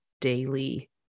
daily